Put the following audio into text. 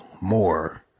more